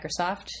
Microsoft